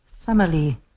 family